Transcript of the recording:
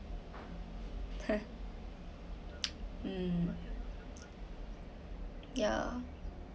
um yeah